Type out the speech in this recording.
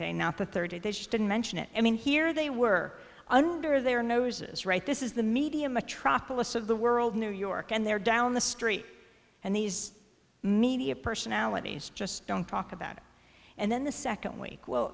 not the third day they didn't mention it i mean here they were under their noses right this is the media metropolis of the world new york and they're down the street and these media personalities just don't talk about it and then the second week well